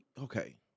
okay